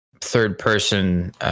third-person